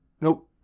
nope